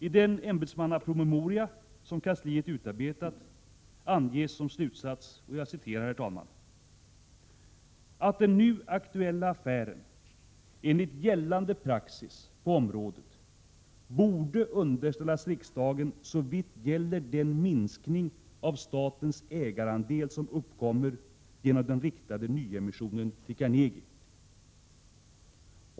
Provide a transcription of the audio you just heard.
I den ämbetsmannapromemoria som kansliet utarbetat anges som slutsats ”att den nu aktuella affären enligt gällande praxis på området borde underställas riksdagen såvitt gäller den minskning av statens ägareandel som uppkommer genom den riktade nyemissionen till Carnegie.